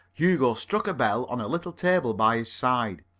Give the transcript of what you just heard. hugo struck a bell on a little table by his side.